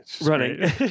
Running